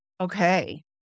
Okay